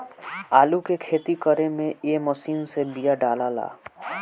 आलू के खेती करे में ए मशीन से बिया डालाला